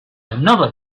another